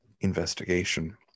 investigation